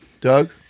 Doug